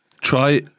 try